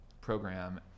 program